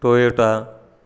Toyota